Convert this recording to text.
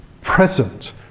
present